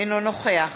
אינו נוכח